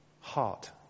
heart